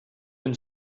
been